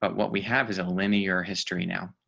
but what we have is a linear history now.